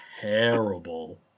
terrible